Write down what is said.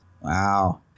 Wow